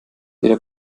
jeder